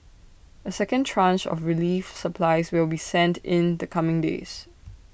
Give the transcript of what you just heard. A second tranche of relief supplies will be sent in the coming days